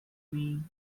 mim